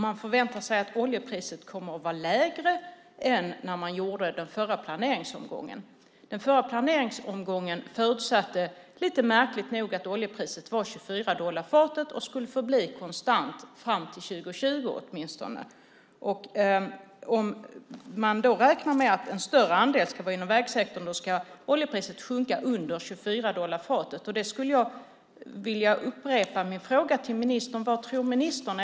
Man förväntar sig att oljepriset kommer att vara lägre än när man gjorde den förra planeringsomgången. Den förra planeringsomgången förutsatte lite märkligt nog att oljepriset var 24 dollar fatet och skulle förbli konstant fram till 2020 åtminstone. Om man då räknar med att en större andel ska vara inom vägsektorn ska oljepriset sjunka under 24 dollar fatet. Jag skulle vilja upprepa min fråga till ministern: Vad tror ministern?